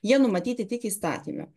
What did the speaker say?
jie numatyti tik įstatyme